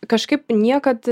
kažkaip niekad